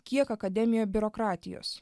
kiek akademijoj biurokratijos